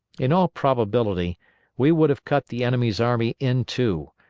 in all probability we would have cut the enemy's army in two,